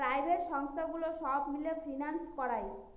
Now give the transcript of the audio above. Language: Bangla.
প্রাইভেট সংস্থাগুলো সব মিলে ফিন্যান্স করায়